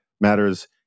matters